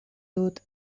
dut